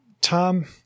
Tom